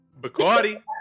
Bacardi